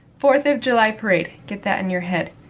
fourth of july parade, get that in your head.